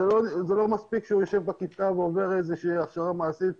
זה לא מספיק שהוא יושב בכיתה ועובר הכשרה מעשית.